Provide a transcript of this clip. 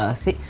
ah thick.